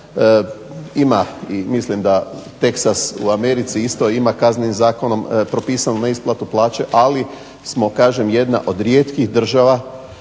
ima mislim Texas u Americi isto ima Kaznenim zakonom propisano neisplatu plaću, ali smo kažem jedna od rijetkih država